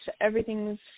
everything's